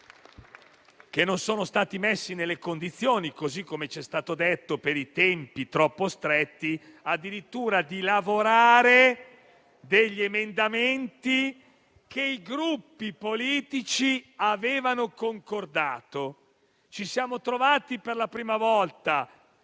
che non sono stati messi nelle condizioni - così come ci è stato detto - per i tempi troppo stretti, addirittura di lavorare sugli emendamenti che i Gruppi politici avevano concordato. Ci siamo trovati per la prima volta